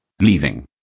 Leaving